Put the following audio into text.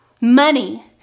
Money